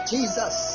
Jesus